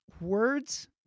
Words